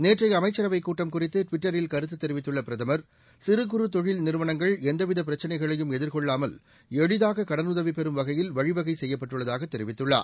நேற்றைய அமைச்சரவை கூட்டம் குறித்து டுவிட்டரில் கருத்து தெரிவித்துள்ள பிரதமர் சிறு குறு தொழில் நிறுவனங்கள் எந்தவித பிரச்சினைகளையும் எதிர்கொள்ளாமல் எளிதாக கடனுதவி பெறும் வகையில் வழிவகை செய்யப்பட்டுள்ளதாக தெரிவித்துள்ளார்